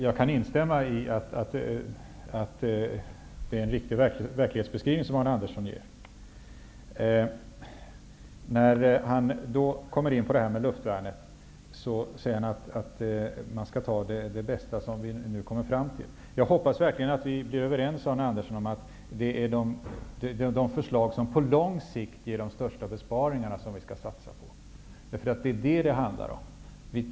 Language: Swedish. Jag kan instämma i att det är en riktig verklighetsbeskrivning som Arne Andersson ger. När han kommer in på luftvärnet säger han att man skall ta det bästa som vi nu kommer fram till. Jag hoppas verkligen att vi är överens, Arne Andersson, om att det är de förslag som på lång sikt ger de största besparingarna som vi skall satsa på. Det är det som det handlar om.